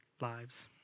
lives